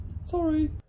Sorry